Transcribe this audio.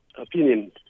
opinion